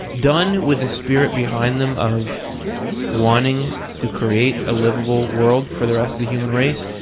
done with the spirit behind them of wanting to create a livable world for the rest of the human race.